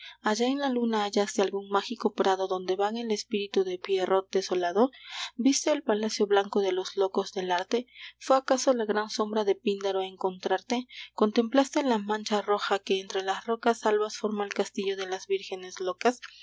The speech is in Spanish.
en la luna hallaste algún mágico prado donde vaga el espíritu de pierrot desolado viste el palacio blanco de los locos del arte fué acaso la gran sombra de píndaro a encontrarte contemplaste la mancha roja que entre las rocas albas forma el castillo de las vírgenes locas y